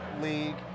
league